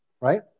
right